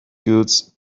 goods